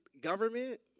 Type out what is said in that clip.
government